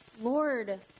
Lord